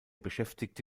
beschäftigte